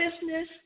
business